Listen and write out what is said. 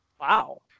Wow